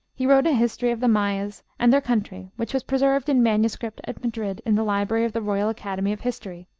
he wrote a history of the mayas and their country, which was preserved in manuscript at madrid in the library of the royal academy of history.